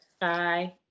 Bye